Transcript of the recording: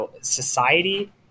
society